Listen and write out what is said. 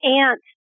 aunt